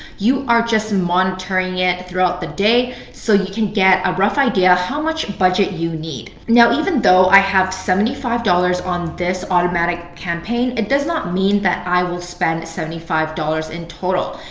you are just monitoring it throughout the day, so you can get a rough idea how much budget you need. now, even though i have seventy five dollars on this automatic campaign, it does not mean that i would spend seventy five dollars in total.